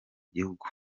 gihugu